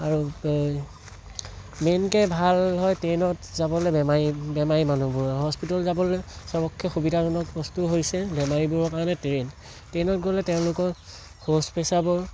আৰু মেইনকৈ ভাল হয় ট্ৰেইনত যাবলৈ বেমাৰী বেমাৰী মানুহবোৰৰ হস্পিতাল যাবলৈ চবতকৈ সুবিধাজনক বস্তু হৈছে বেমাৰীবোৰৰ কাৰণে ট্ৰেইন ট্ৰেইনত গ'লে তেওঁলোকক শৌচ পেচাবৰ